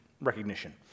recognition